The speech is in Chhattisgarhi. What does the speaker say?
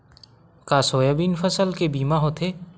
का सोयाबीन फसल के बीमा होथे?